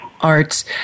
arts